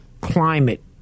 climate